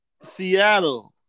Seattle